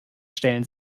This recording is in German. stellen